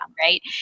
Right